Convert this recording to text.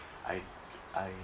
I I